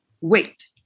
wait